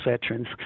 veterans